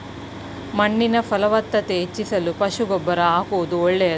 ಮಣ್ಣಿನ ಫಲವತ್ತತೆ ಹೆಚ್ಚಿಸಲು ಪಶು ಗೊಬ್ಬರ ಆಕುವುದು ಒಳ್ಳೆದು